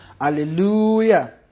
Hallelujah